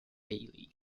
daily